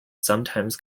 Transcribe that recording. sometimes